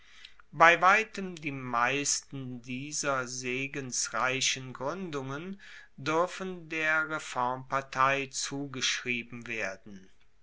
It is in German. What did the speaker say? bei weitem die meisten dieser segensreichen gruendungen duerfen der reformpartei zugeschrieben werden